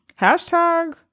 Hashtag